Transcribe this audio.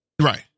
Right